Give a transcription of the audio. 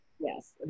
Yes